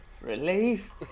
Relief